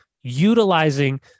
utilizing